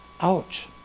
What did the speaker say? ouch